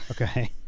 Okay